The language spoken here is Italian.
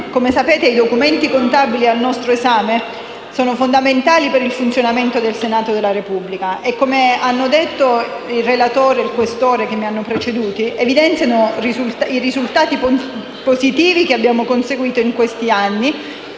come sapete, i documenti contabili al nostro esame sono fondamentali per il funzionamento del Senato della Repubblica e - come ha detto il relatore, senatore Questore De Poli, che mi ha preceduto - evidenziano i risultati positivi che abbiamo conseguito negli ultimi